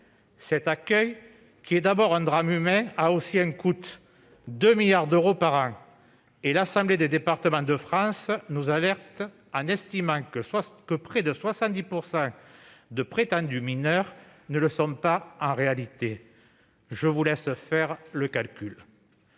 Cet accueil, qui est d'abord le reflet d'un drame humain, a aussi un coût, 2 milliards d'euros par an, et l'Assemblée des départements de France (ADF) nous alerte sur le fait que près de 70 % de prétendus mineurs ne le sont pas en réalité. Je vous laisse faire le calcul